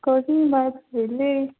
ਕੁਛ ਨਹੀਂ ਬਸ ਵਿਹਲੇ